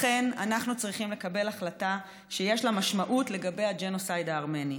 לכן אנחנו צריכים לקבל החלטה שיש לה משמעות לגבי הג'נוסייד הארמני.